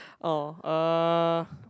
oh uh